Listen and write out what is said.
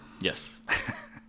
Yes